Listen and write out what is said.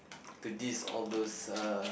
to this all those uh